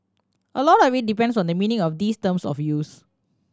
a lot of it depends on the meaning of these terms of use